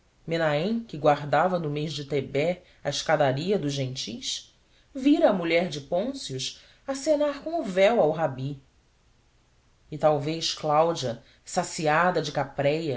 que guardava no mês de tebete a escadaria dos gentis vira a mulher de pôncio acenar com o véu ao rabi e talvez cláudia saciada de